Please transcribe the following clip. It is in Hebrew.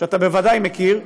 שאתה בוודאי מכיר,